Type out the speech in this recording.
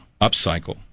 upcycle